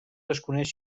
desconeix